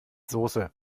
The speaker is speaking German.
soße